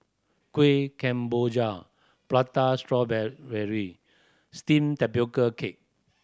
Kueh Kemboja prata steamed tapioca cake